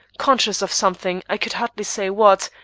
conscious of something, i could hardly say what,